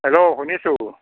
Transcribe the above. hello শুনিছোঁ